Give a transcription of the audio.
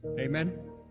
Amen